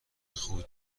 خوبی